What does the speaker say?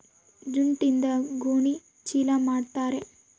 ಜೂಟ್ಯಿಂದ ಗೋಣಿ ಚೀಲ ಮಾಡುತಾರೆ